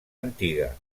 antiga